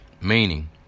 meaning